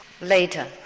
later